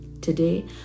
Today